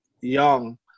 young